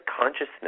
consciousness